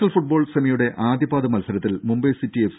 L football സെമിയുടെ ആദ്യ പാദ മത്സരത്തിൽ മുംബൈ സിറ്റി എഫ്